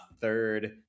third